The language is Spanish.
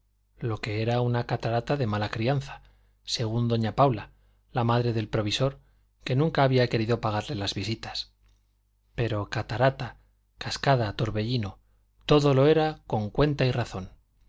lo que era una catarata de mala crianza según doña paula la madre del provisor que nunca había querido pagarle las visitas pero catarata cascada torbellino todo lo era con cuenta y razón